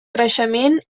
creixement